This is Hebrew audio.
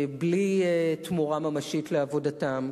בלי תמורה ממשית על עבודתם.